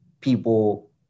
people